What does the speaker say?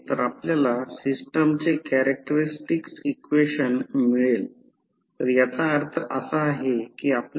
तर त्याचप्रमाणे उच्च व्होल्टेज बाजू हवी असल्यास विभाजित करू शकतो